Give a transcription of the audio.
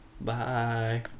Bye